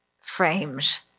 frames